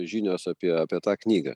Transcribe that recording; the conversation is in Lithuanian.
žinios apie apie tą knygą